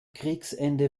kriegsende